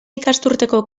ikasturteko